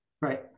Right